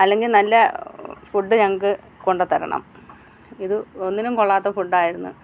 അല്ലെങ്കിൽ നല്ല ഫുഡ് ഞങ്ങൾക്ക് കൊണ്ടത്തരണം ഇത് ഒന്നിനും കൊള്ളാത്ത ഫുഡായിരുന്നു